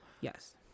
Yes